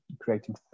creating